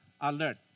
alert